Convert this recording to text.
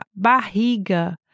barriga